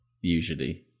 usually